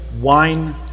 wine